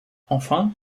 enfin